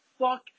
fuck